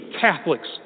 Catholics